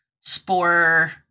spore